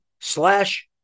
slash